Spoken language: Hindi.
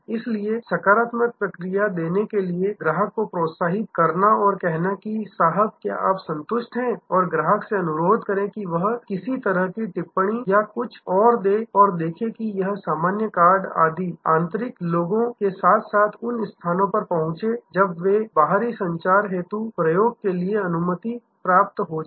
इसलिए सकारात्मक प्रतिक्रिया देने के लिए ग्राहक को प्रोत्साहित करना और कहना है कि साहब क्या आप संतुष्ट हैं और ग्राहक से अनुरोध करें कि वह किसी तरह की टिप्पणी या कुछ और दें और देखें कि यह सामान्य कार्ड आदि आंतरिक लोगों के साथ साथ उन स्थानों पर पहुंचें जब बाहरी संचार हेतु प्रयोग के लिए अनुमति प्राप्त हो जाए